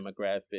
demographic